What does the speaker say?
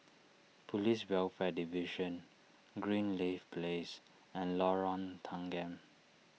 Police Welfare Division Greenleaf Place and Lorong Tanggam